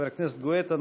חבר הכנסת גואטה,